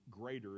greater